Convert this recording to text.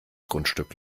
grundstück